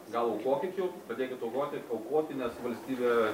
gal aukokit jau pradėkit aukoti paaukoti nes valstybė